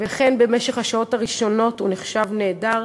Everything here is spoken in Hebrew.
ולכן בשעות הראשונות הוא נחשב נעדר,